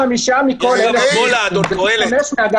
-- הרג 25 מכל 1,000 איש --- מאיר, מאיר